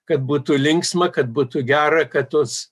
kad būtų linksma kad būtų gera kad tos